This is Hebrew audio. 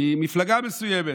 ממפלגה מסוימת,